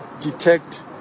detect